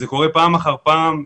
זה קורה פעם אחר פעם.